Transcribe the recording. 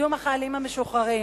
לקידום חיילים משוחררים,